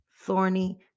thorny